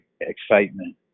excitement